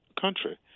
country